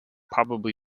probably